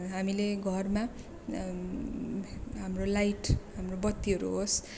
हामीले घरमा हाम्रो लाइट हाम्रो बत्तीहरू होस् या त